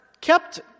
kept